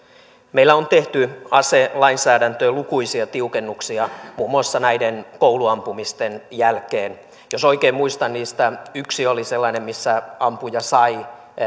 meillä on tehty aselainsäädäntöön lukuisia tiukennuksia muun muassa näiden kouluampumisten jälkeen jos oikein muistan niistä yksi oli sellainen missä ampuja sai